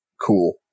Cool